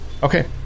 Okay